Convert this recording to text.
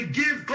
give